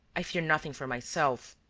i fear nothing for myself.